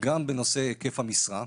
גם בנושא היקף המשרה,